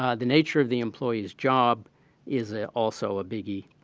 um the nature of the employee's job is ah also a biggie.